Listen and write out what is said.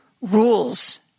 rules